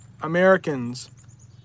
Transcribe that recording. Americans